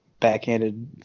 Backhanded